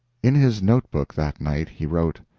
in his note-book that night he wrote